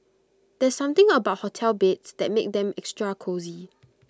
there's something about hotel beds that makes them extra cosy